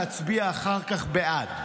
אמרתי שלא ראוי להצביע אחר כך בעד,